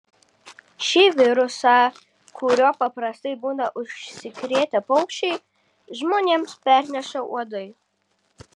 šį virusą kuriuo paprastai būna užsikrėtę paukščiai žmonėms perneša uodai